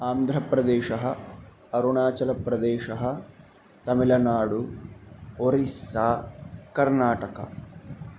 अन्ध्रप्रदेशः अरुनाचलप्रदेशः तमिलनाडु ओरिस्सा कर्णाटक